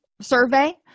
survey